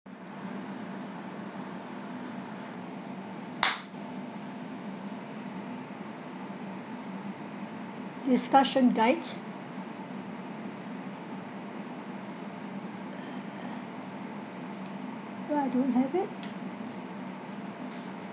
discussion guide why I don't have it